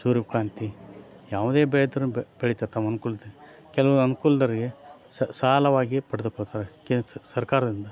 ಸೂರ್ಯಕಾಂತಿ ಯಾವುದೇ ಬೆಳೀತಾರೆ ಬೆಳೀತಾರೆ ತಮ್ಮ ಅನುಕೂಲತೆ ಕೆಲವು ಅನ್ಕೂಲದವ್ರಿಗೆ ಸಾಲವಾಗಿ ಪಡ್ದುಕೋತಾರೆ ಕೆ ಸರ್ಕಾರದಿಂದ